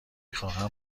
خواهم